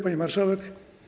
Pani Marszałek!